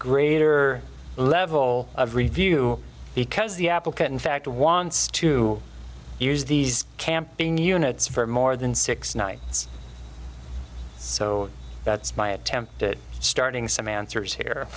greater level of review because the applicant in fact wants to use these campaign units for more than six nights so that's my attempt at starting some answers here